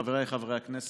חבריי חברי הכנסת,